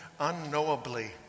unknowably